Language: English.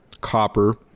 copper